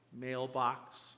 mailbox